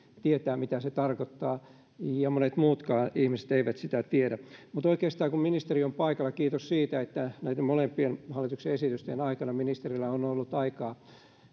tietää mitä se tarkoittaa ja monet muutkaan ihmiset eivät sitä tiedä mutta oikeastaan kun ministeri on paikalla kiitos siitä että näitten molempien hallituksen esitysten aikana ministerillä on ollut aikaa